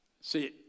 See